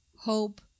hope